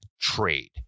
Trade